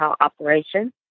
Operation